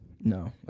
No